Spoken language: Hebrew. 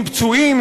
עם פצועים,